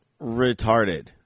retarded